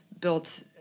built